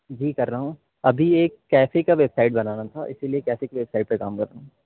جی کر رہا ہوں ابھی ایک کیفے کا ویب سائٹ بنانا تھا اسی لیے کیفے کی ویب سائٹ پہ کام کر رہا ہوں